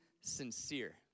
sincere